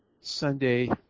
Sunday